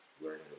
learning